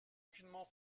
aucunement